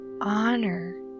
honor